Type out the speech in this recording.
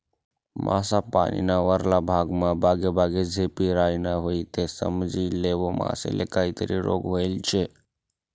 मासा पानीना वरला भागमा बागेबागे झेपी रायना व्हयी ते समजी लेवो मासाले काहीतरी रोग व्हयेल शे